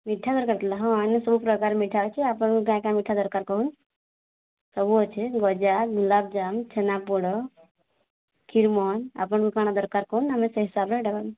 ମିଠା ଦର୍କାର୍ ଥିଲା ଇନେ ସବୁ ପ୍ରକାର୍ ମିଠା ଅଛେ ଆପଣ୍କୁ କା'ଣା କା'ଣା ମିଠା ଦର୍କାର୍ କୋହୁନ୍ ସବୁ ଅଛେ ଯେ ଗଜା ଗୋଲାପ୍ଜାମ୍ ଛେନାପୋଡ଼୍ କ୍ଷୀର୍ ମୋହନ୍ ଆପଣ୍ଙ୍କୁ କା'ଣା ଦର୍କାର୍ କହୁନ୍ ଆମେ ସେ ହିସାବ୍ରେ